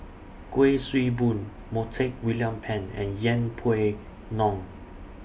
Kuik Swee Boon Montague William Pett and Yeng Pway Ngon